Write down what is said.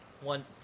one